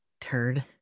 turd